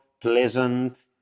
pleasant